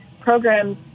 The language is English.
programs